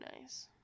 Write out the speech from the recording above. nice